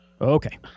Okay